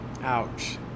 Ouch